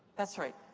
that's right.